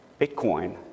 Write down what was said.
Bitcoin